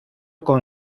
con